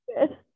good